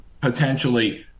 potentially